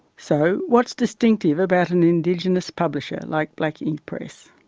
so what's distinctive about an indigenous publisher like blank ink press?